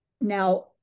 Now